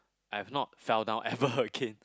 I've not fell down ever again